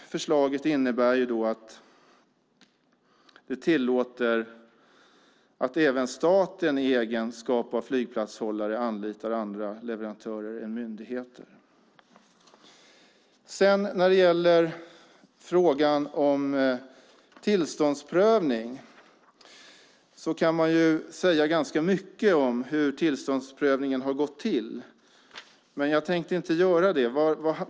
Förslaget innebär att även staten i egenskap av flygplatshållare tillåts anlita andra leverantörer än myndigheter. När det gäller frågan om tillståndsprövning kan man säga ganska mycket om hur tillståndsprövningen har gått till. Men jag tänkte inte göra det.